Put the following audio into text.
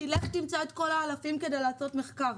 כי לך תמצא את כל האלפים כדי לעשות מחקר.